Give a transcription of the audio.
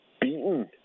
beaten